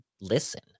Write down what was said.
listen